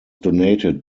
donated